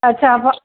अच्छा पोइ